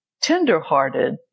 tender-hearted